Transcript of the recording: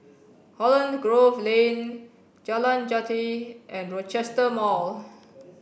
Holland Grove Lane Jalan Jati and Rochester Mall